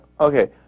okay